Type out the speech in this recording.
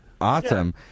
Awesome